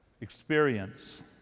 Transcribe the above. experience